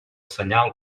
senyal